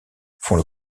font